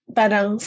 parang